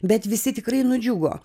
bet visi tikrai nudžiugo